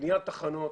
בבניית תחנות